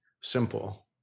simple